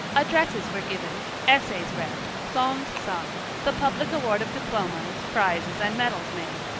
addresses were given, essays read, songs sung, the public award of diplomas, prizes and medals made.